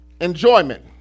enjoyment